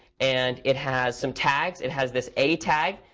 and it has some tags. it has this a tag.